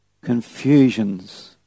Confusions